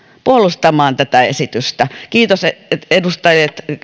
puolustamaan tätä esitystä kiitos edustajat